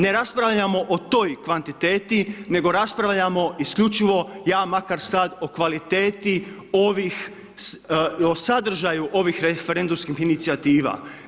Ne raspravljamo o toj kvantiteti nego raspravljamo isključivo, ja makar sad o kvaliteti ovih, o sadržaju ovih referendumskih inicijativa.